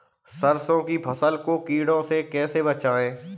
सरसों की फसल को कीड़ों से कैसे बचाएँ?